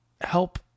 help